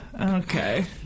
Okay